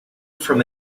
from